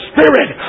Spirit